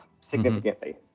significantly